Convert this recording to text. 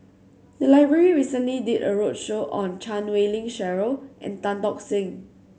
the library recently did a roadshow on Chan Wei Ling Cheryl and Tan Tock Seng